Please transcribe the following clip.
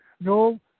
No